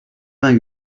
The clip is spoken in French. vingt